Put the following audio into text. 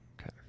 Okay